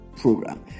program